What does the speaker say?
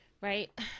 right